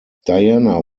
diana